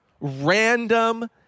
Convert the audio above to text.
random